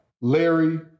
Larry